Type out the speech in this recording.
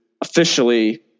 officially